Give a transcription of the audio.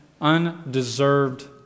undeserved